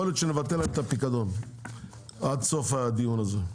יכול להיות שנבטל להם את הפיקדון עד סוף הדיון הזה.